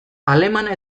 alemana